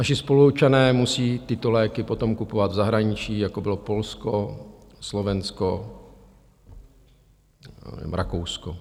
Naši spoluobčané musí tyto léky potom kupovat v zahraničí, jako bylo Polsko, Slovensko, Rakousko.